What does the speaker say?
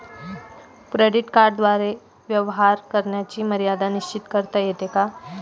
Credit कार्डद्वारे व्यवहार करण्याची मर्यादा निश्चित करता येते का?